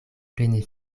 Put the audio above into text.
plene